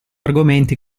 argomenti